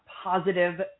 positive